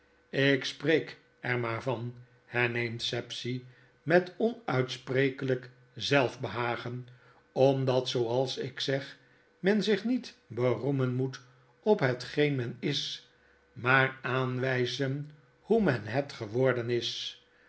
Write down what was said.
ik spreek er maar van herneemt sapsea met onuitsprekelyk zelfbehagen omdat zooals ik zeg men zich niet beroemen moet op hetgeen men is maar aanwyzen hoe men het geworden is